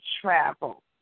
travel